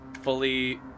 fully